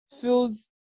feels